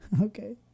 Okay